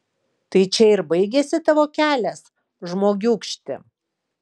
tai čia ir baigiasi tavo kelias žmogiūkšti